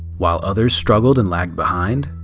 while others struggled and lagged behind?